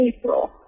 April